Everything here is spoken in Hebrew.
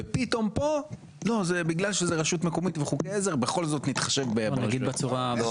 ופתאום פה: "בגלל שזו רשות מקומית וחוקי עזר בכל זאת נתחשב ---" לא,